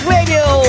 Radio